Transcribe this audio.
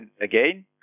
again